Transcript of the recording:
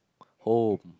home